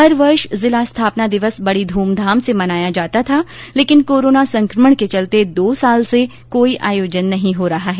हर वर्ष जिला स्थापना दिवस बड़ी धूमधाम से मनाया जाता था लेकिन कोरोना संक्रमण के चलते दो साल से कोई आयोजन नहीं हो रहा है